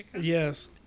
yes